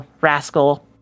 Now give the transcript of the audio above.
Rascal